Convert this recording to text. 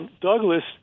Douglas